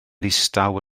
ddistaw